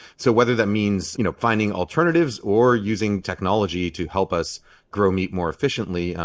so whether that means you know finding alternatives or using technology to help us grow meat more efficiently,